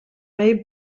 may